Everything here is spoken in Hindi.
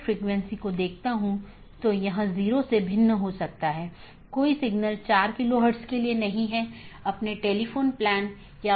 एक पारगमन AS में मल्टी होम AS के समान 2 या अधिक ऑटॉनमस सिस्टम का कनेक्शन होता है लेकिन यह स्थानीय और पारगमन ट्रैफिक दोनों को वहन करता है